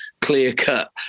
clear-cut